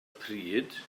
pryd